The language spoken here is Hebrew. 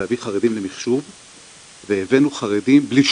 בהערת אגב אני אגיד שזה נכון גם בחברה הערבית,